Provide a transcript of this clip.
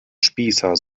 spießer